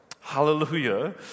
hallelujah